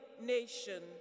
nation